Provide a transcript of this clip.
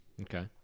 okay